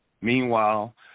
Meanwhile